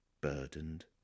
burdened